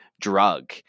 drug